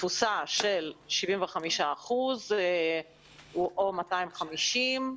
תפוסה של 75 אחוזים או 250 אנשים.